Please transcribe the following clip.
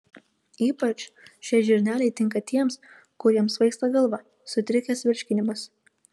ypač šie žirneliai tinka tiems kuriems svaigsta galva sutrikęs virškinimas